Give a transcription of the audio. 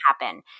happen